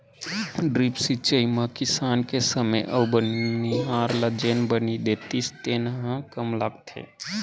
drip सिंचई म किसान के समे अउ बनिहार ल जेन बनी देतिस तेन ह कम लगथे